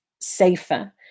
safer